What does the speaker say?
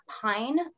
pine